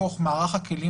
מתוך הסך הגלובלי